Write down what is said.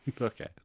Okay